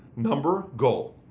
number, goal.